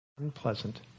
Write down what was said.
Unpleasant